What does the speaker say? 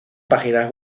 páginas